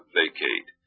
vacate